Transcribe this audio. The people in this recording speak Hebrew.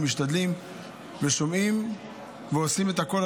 ומשתדלים ושומעים ועושים הכול,